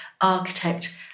architect